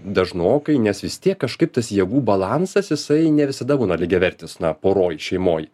dažnokai nes vis tiek kažkaip tas jėgų balansas jisai ne visada būna lygiavertis na poroj šeimoj